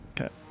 Okay